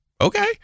okay